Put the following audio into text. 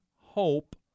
Hope